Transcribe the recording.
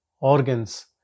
organs